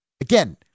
Again